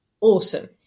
awesome